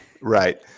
Right